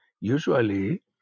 usually